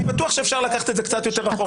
אני בטוח שאפשר לקחת את זה קצת יותר רחוק.